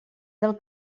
del